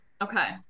Okay